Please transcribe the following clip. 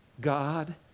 God